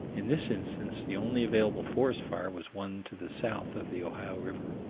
in this instance, the only available forest fire was one to the south of the ohio river.